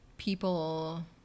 People